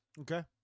Okay